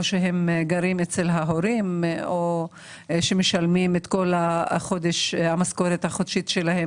שהם גרים אצל ההורים או שהם משלמים את כל המשכורת החודשית שלהם